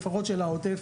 לפחות של העוטף,